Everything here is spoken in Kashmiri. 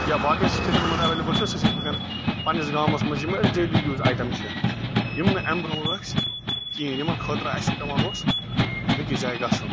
یا باقی سِٹیٹَن منٛز ایٚویلیبٕل چھِ سُہ چھُ اسہِ وُنٛکیٚن پَننِس گامَس منٛز یِم اسہِ ڈیلی یوٗز آیٹم چھِ یِم نہٕ اَمہِ برٛونٛہہ ٲسۍ کِہیٖنۍ یِمَن خٲطرٕ اسہِ پیٚوان اوس بیٚیِس جایہِ گژھُن